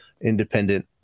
independent